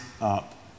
up